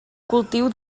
cultiu